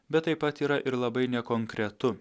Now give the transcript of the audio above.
bet taip pat yra ir labai nekonkretu